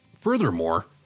Furthermore